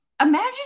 imagine